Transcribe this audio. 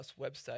website